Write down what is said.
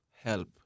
help